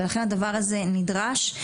ולכן הדבר הזה נדרש.